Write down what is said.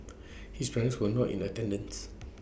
his parents were not in attendance